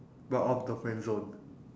got off the friend zone